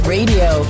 Radio